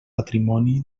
patrimoni